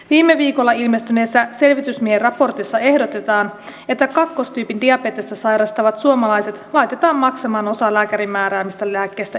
viime viikolla ilmestyneessä selvitysmiehen raportissa ehdotetaan että kakkostyypin diabetesta sairastavat suomalaiset laitetaan maksamaan osa lääkärin määräämistä lääkkeistä itse